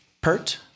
pert